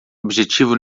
objetivo